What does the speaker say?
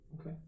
Okay